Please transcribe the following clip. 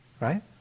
Right